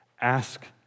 Ask